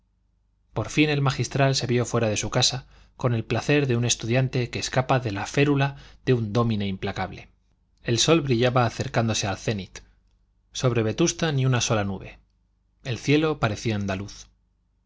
por fin el magistral se vio fuera de su casa con el placer de un estudiante que escapa de la férula de un dómine implacable el sol brillaba acercándose al cenit sobre vetusta ni una sola nube el cielo parecía andaluz